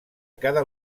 cada